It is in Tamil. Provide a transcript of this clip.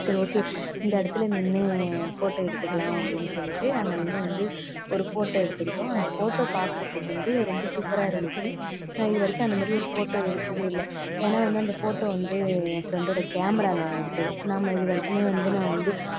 சரி ஓகே இந்த இடத்துல நின்று ஃபோட்டோ எடுத்துக்கலாம் அப்படின்னு சொல்லிட்டு அங்கே நின்று வந்து ஒரு ஃபோட்டோ எடுத்துகிட்டோம் அந்த ஃபோட்டோ பாக்கறத்துக்கு வந்து ரொம்ப சூப்பராக இருந்துச்சு நான் இதுவரைக்கும் அந்தமாதிரி ஒரு ஃபோட்டோ எடுத்ததே இல்லை ஏனால் அந்த ஃபோட்டோ வந்து என் ஃப்ரெண்டோடய கேமராவில் எடுத்தது நாம் இதுவரைக்கும் வந்து நான் வந்து